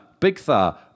Bigtha